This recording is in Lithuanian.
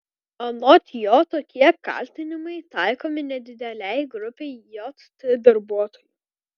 anot jo tokie kaltinimai taikomi nedidelei grupei jt darbuotojų